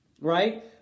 Right